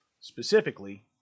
Specifically